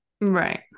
Right